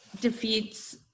defeats